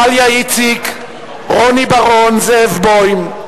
דליה איציק, רוני בר-און, זאב בוים,